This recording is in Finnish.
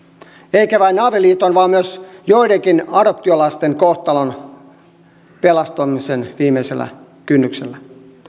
eikä vain avioliiton vaan myös joidenkin adoptiolasten kohtalon pelastamisen viimeisellä kynnyksellä